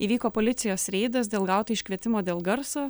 įvyko policijos reidas dėl gauto iškvietimo dėl garso